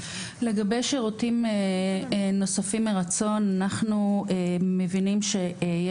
לגבי שירותים נוספים מרצון אנחנו מבינים שי